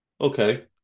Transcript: Okay